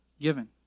given